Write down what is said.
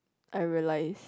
I realise